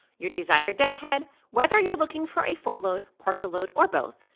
your desired deadhead, whether you're looking for a full load, partial load, or both,